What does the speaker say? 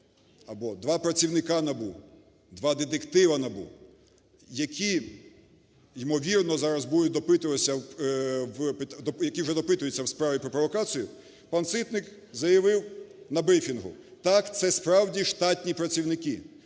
або два працівника НАБУ, два детектива НАБУ, які ймовірно зараз будуть допитуватися… які вже допитуються в справі про провокацію. Пан Ситник заявив на брифінгу: "Так, це, справді, штатні працівники.